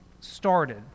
started